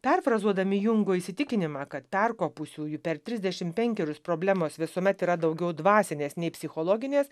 perfrazuodami jungo įsitikinimą kad perkopusiųjų per trisdešim penkerius problemos visuomet yra daugiau dvasinės nei psichologinės